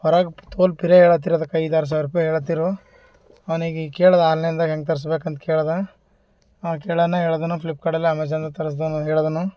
ಹೊರಗೆ ತೋಲು ಪಿರೆ ಹೇಳತ್ತಿರದಕ್ಕೆ ಐದು ಆರು ಸಾವಿರ ರೂಪಾಯಿ ಹೇಳತ್ತಿದ್ರು ಅವ್ನಿಗೆ ಈಗ ಕೇಳ್ದೆ ಆನ್ಲೈನ್ದಾಗ ಹೆಂಗೆ ತರ್ಸ್ಬೆಕಂತ ಕೇಳ್ದೆ ಕೇಳಾನೆ ಹೇಳಿದನು ಫ್ಲಿಫ್ಕಾರ್ಟಲ್ಲಿ ಅಮೆಝನಾಗ ತರ್ಸಿದನು ಹೇಳಿದನು